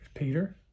Peter